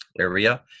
area